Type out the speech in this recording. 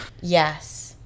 yes